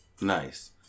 Nice